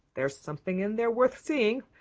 there's something in there worth seeing.